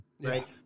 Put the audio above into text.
Right